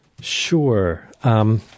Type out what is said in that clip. Sure